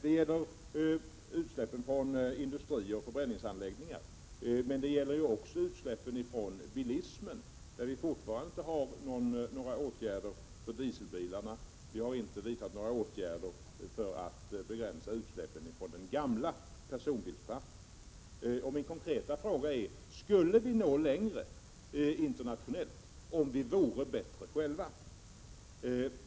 Det gäller utsläpp från industrier och förbränningsanläggningar, men det gäller också utsläpp från bilar. Vi har ännu inte några åtgärder beträffande dieselbilarna. Vi har inte heller vidtagit några åtgärder för att begränsa utsläppen från den gamla personbilsparken. Min konkreta fråga är: Skulle vi nå längre internationellt sett, om vi vore bättre själva?